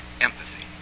empathy